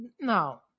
no